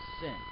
sin